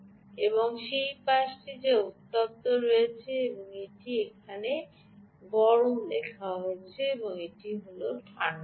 এটি সেই পাশটি যা উত্তপ্ত দিক এবং এটি এখানে গরম লেখা হয়েছে এবং এটি হল ঠান্ডা দিক